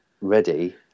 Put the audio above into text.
ready